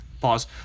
pause